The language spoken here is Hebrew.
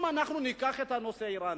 אם אנחנו ניקח את הנושא האירני,